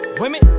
women